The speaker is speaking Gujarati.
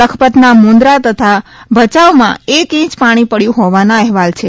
લખપતના મુંદરા તથા ભચાઉમાં એક ઇંચ્ પાછી પડવં હોવાના અહેવાલ છે